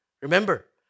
Remember